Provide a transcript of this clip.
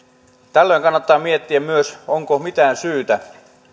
tällöin kannattaa miettiä myös onko mitään syytä